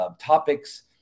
topics